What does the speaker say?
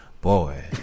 boy